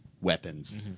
weapons